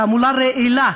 תעמולה רעילה?